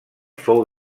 fou